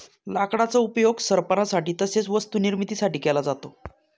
लाकडाचा उपयोग सरपणासाठी तसेच वस्तू निर्मिती साठी केला जातो